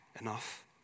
enough